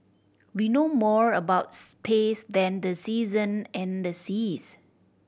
we know more about space than the season and the seas